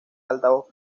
altavoz